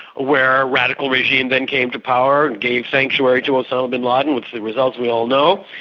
where a radical regime then came to power and gave sanctuary to osama bin laden, with the results we all know.